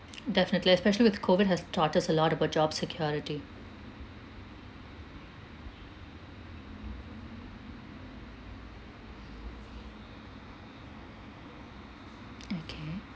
definitely especially with COVID has taught us a lot about job security okay